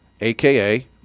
aka